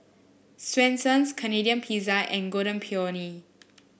Swensens Canadian Pizza and Golden Peony